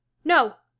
no,